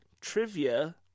trivia